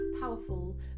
powerful